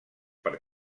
per